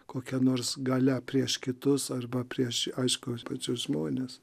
kokia nors galia prieš kitus arba prieš aišku pačius žmones